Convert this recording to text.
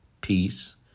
peace